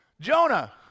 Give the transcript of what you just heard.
Jonah